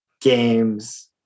games